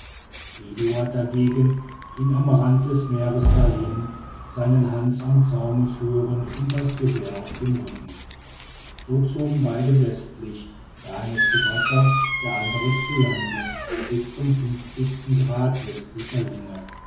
eduard dagegen ging am rande des meeres dahin seinen hans am zaume führend und das gewehr auf dem rücken so zogen beide westlich der eine zu wasser der andere zu lande bis zum grad westlicher länge